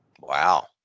Wow